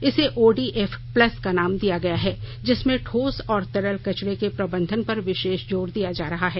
इसे ODF plus का नाम दिया गया है जिसमें ठोस और तरल कचरे के प्रबंधन पर विशेष जोर दिया जा रहा है